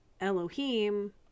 Elohim